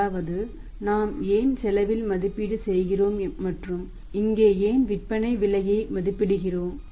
அதாவது நாம் ஏன் செலவில் மதிப்பீடு செய்கிறோம் மற்றும் இங்கே ஏன் விற்பனை விலையை மதிப்பிடுகிறோம்